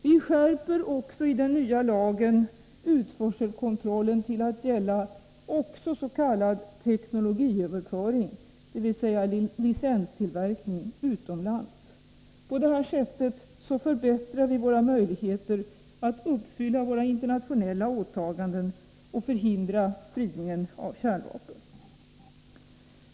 Vi skärper i den nya lagen utförselkontrollen till att gälla också s.k. teknologiöverföring, dvs. licenstillverkning utomlands. På det här sättet förbättrar vi våra möjligheter att uppfylla våra internationella åtaganden och förhindrar spridning av kärnvapen.